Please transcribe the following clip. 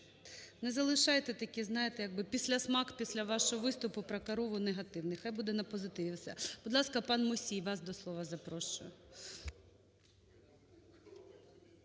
не залишайте такий, як би післясмак після вашого виступу про корову негативний. Хай буде на позитиві все. Будь ласка, пан Мусі, вас до слова запрошую.